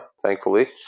thankfully